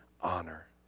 honor